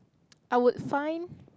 I would find